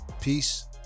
Peace